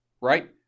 right